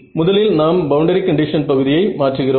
முதலில் நாம் boundary condition பகுதியை மாற்றுகிறோம்